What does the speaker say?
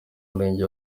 murenge